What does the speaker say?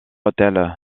hôtels